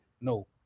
no